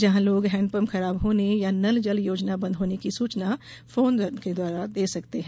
जहां लोग हैंडपंप खराब होने या नल जल योजना बंद होने की सूचना फोन जरिए दे सकते हैं